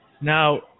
Now